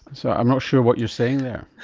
so i'm not sure what you're saying there.